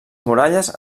muralles